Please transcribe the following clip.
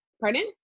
pardon